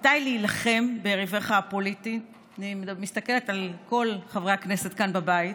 "מתי להילחם ביריביך הפוליטיים" אני מסתכלת על כל חברי הכנסת כאן בבית,